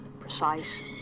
precise